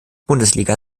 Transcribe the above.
bundesliga